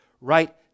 right